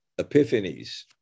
epiphanies